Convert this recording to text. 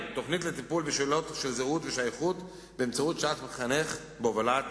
תוכנית לטיפול בשאלות של זהות ושייכות באמצעות שעת מחנך בהובלת